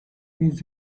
his